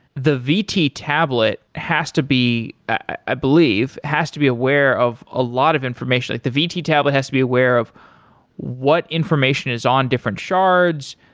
the vt tablet has to be, i believe has to be aware of a lot of information. like the vt tablet has to be aware of what information is on different shards,